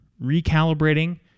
recalibrating